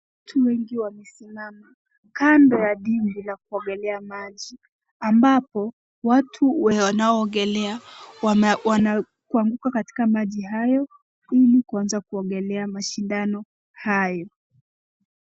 Watu wengi wamesimama kando ya dimbwi la kuogelea maji ambapo watu wenye wanao ogelea wanaanguka katika maji hayo ilikuanza kuogelea mashindano hayo